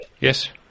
Yes